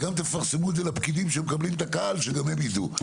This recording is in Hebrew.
וגם תפרסמו את זה לפקידים שמקבלים את הקהל שגם הם ידעו שלא יהיה תקלות.